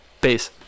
Peace